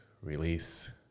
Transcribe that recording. release